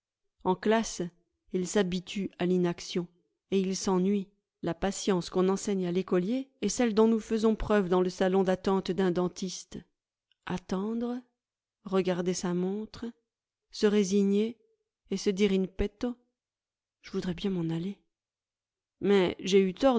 en classe ils s'habituent à l'inaction et ils s'ennuient la patience qu'on enseigne à l'écolier